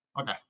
Okay